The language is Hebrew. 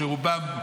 שרובם,